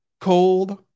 cold